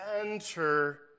enter